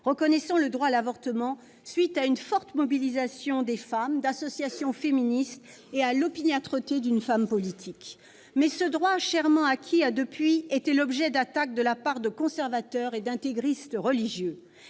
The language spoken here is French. reconnaissant le droit à l'avortement, à la suite d'une forte mobilisation des femmes et d'associations féministes et grâce à l'opiniâtreté d'une femme politique. Mais ce droit chèrement acquis a depuis été l'objet d'attaques de la part de conservateurs et d'intégristes religieux.